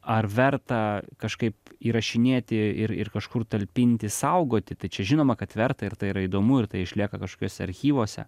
ar verta kažkaip įrašinėti ir ir kažkur talpinti saugoti tai čia žinoma kad verta ir tai yra įdomu ir tai išlieka kažkokiuose archyvuose